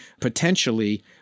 Potentially